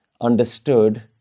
understood